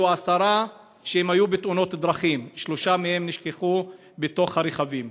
עשרה היו בתאונות דרכים ושלושה נשכחו בתוך הרכבים.